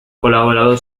colaborador